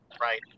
right